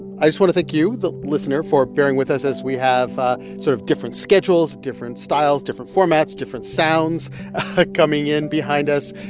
i just want to thank you, the listener, for bearing with us as we have ah sort of different schedules, different styles, different formats, different sounds coming in behind us.